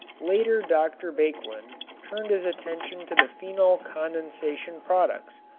later dr. baekeland turned his attention to the phenol condensation products,